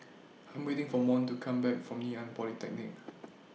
I'm waiting For Mont to Come Back from Ngee Ann Polytechnic